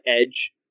edge